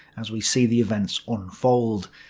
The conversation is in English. as we see the events unfold.